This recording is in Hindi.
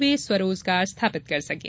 वे स्वरोजगार स्थापित कर सकें